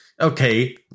okay